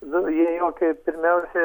nu jie jokie pirmiausia